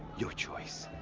your choice.